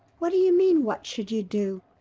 what do you mean what should you do?